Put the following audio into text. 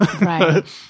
Right